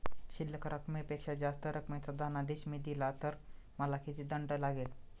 शिल्लक रकमेपेक्षा जास्त रकमेचा धनादेश मी दिला तर मला किती दंड लागेल?